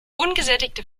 ungesättigte